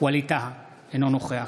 ווליד טאהא, אינו נוכח